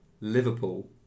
Liverpool